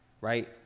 Right